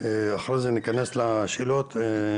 מעבר לכל הבעיות האחרות שגלשתם אליהם,